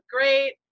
great